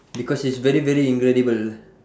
because it's very very incredible